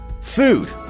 food